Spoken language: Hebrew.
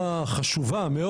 שסופרים.